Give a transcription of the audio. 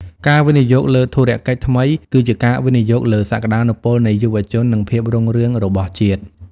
ការវិនិយោគលើធុរកិច្ចថ្មីគឺជាការវិនិយោគលើសក្ដានុពលនៃយុវជន និងភាពរុងរឿងរបស់ជាតិ។